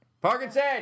Parkinson